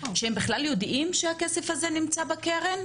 הם בכלל יודעים שהכסף הזה נמצא בקרן?